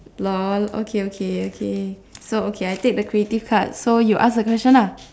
lol okay okay okay so okay I take the creative card so you ask the question lah